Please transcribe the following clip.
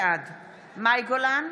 בעד מאי גולן,